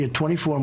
24